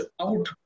out